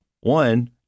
One